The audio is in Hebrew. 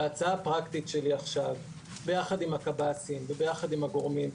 וההצעה הפרקטית שלי עכשיו ביחד עם הקבסי"ם וביחד עם הגורמים,